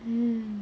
hmm